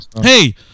Hey